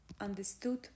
understood